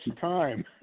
time